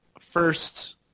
first